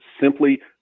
simply